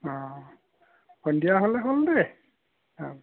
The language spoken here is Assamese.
অঁ সন্ধিয়া হ'লে হ'ল দে অঁ